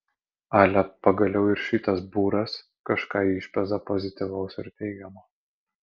ale pagaliau ir šitas būras kažką išpeza pozityvaus ir teigiamo